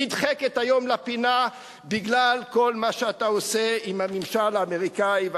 נדחקת היום לפינה בגלל כל מה שאתה עושה עם הממשל האמריקני.